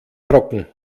trocken